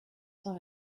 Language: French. cent